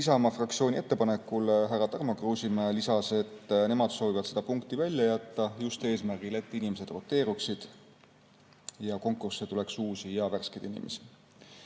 Isamaa fraktsiooni ettepanekule härra Tarmo Kruusimäe lisas, et nemad soovivad seda punkti välja jätta eesmärgil, et inimesed roteeruksid ja konkursile tuleks uusi ja värskeid inimesi.